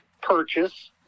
purchase